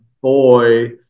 boy